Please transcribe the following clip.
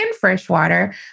freshwater